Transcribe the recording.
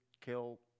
kill